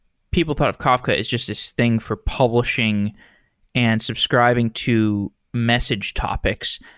people thought of kafka as just this thing for publishing and subscribing to message topics.